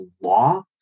law